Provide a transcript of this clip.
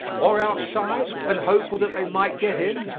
or outside, and hopeful that they might get in,